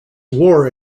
war